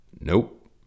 Nope